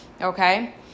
Okay